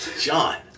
John